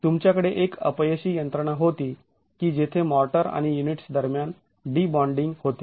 तुमच्याकडे एक अपयशी यंत्रणा होती की जेथे मॉर्टर आणि युनिट्स दरम्यान डीबॉण्डिंग होते